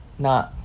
nak